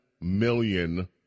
million